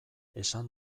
esan